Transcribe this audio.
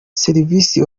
serivisi